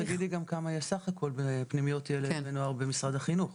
תגידי גם כמה יש בסך הכל בפנימיות ילד ונוער במשרד החינוך.